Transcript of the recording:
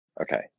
okay